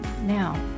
Now